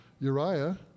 Uriah